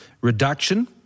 reduction